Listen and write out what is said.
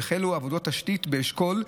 והחלו עבודות תשתית באשכול,